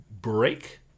break